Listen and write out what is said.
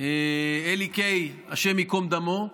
אלי קיי, השם ייקום דמו.